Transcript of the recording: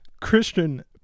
Christian